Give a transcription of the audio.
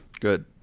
Good